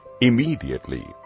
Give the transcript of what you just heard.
immediately